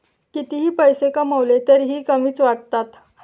कितीही पैसे कमावले तरीही कमीच वाटतात